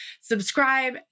Subscribe